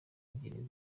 ebyiri